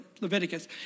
Leviticus